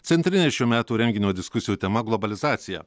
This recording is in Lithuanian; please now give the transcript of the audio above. centrinė šių metų renginio diskusijų tema globalizacija